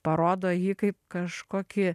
parodo jį kaip kažkokį